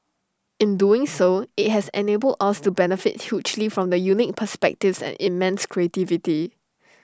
in doing so IT has enabled us to benefit hugely from the unique perspectives and immense creativity